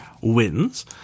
wins